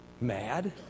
mad